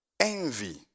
Envy